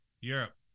Europe